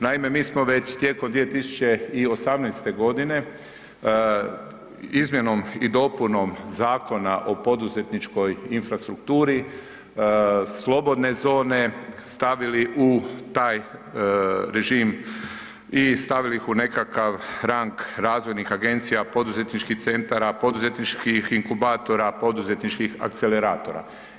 Naime, mi smo već tijekom 2018.g. izmjenom i dopunom Zakona o poduzetničkoj infrastrukturi slobodne zone stavili u taj režim i stavili ih u nekakav rang razvojnih agencija, poduzetničkih centara, poduzetničkih inkubatora, poduzetničkih akceleratora.